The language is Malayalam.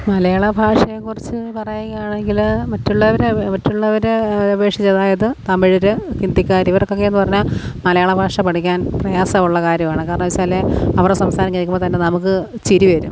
മലയാളഭാഷയെക്കുറിച്ച് പറയുകയാണെങ്കിൽ മറ്റുള്ളവരെ മറ്റുള്ളവരെ അപേഷിച്ച് അതായത് തമിഴർ ഹിന്ദിക്കാർ ഇവർക്കൊക്കെയെന്നു പറഞ്ഞാൽ മലയാളഭാഷ പഠിക്കാൻ പ്രയാസമുള്ള കാര്യമാണ് കാരണം വച്ചാൽ അവരെ സംസാരം കേൾക്കുമ്പോൾത്തന്നെ നമുക്ക് ചിരിവരും